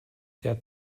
der